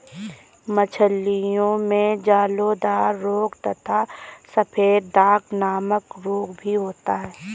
मछलियों में जलोदर रोग तथा सफेद दाग नामक रोग भी होता है